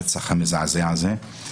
יש חזרה למקורות, אבל